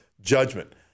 judgment